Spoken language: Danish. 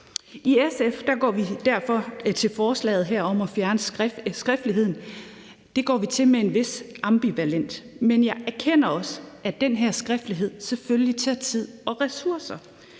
I SF går vi derfor til forslaget her om at fjerne skriftligheden med en vis ambivalens, men jeg erkender også, at den her skriftlighed selvfølgelig tager tid og ressourcer.